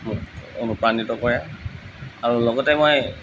মোক অনুপ্ৰাণিত কৰে আৰু লগতে মই